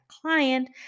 client